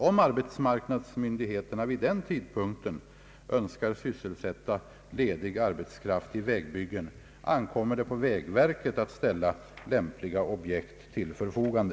Om arbetsmarknadsmyndigheterna vid den tidpunkten önskar sysselsätta ledig arbetskraft i vägbyggen, ankommer det på vägverket att ställa lämpliga objekt till förfogande.